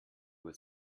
uhr